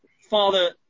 Father